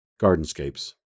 Gardenscapes